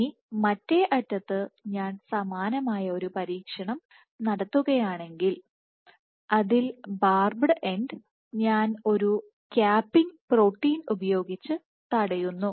ഇനി മറ്റേ അറ്റത്ത് ഞാൻ സമാനമായ ഒരു പരീക്ഷണം നടത്തുകയാണെങ്കിൽ അതിൽ ബാർബെഡ് എൻഡ് ഞാൻ ഒരു ക്യാപ്പിംഗ് പ്രോട്ടീൻ ഉപയോഗിച്ച് തടയുന്നു